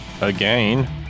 again